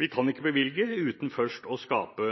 Vi kan ikke bevilge uten først å skape